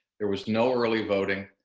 there was no early voting,